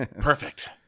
perfect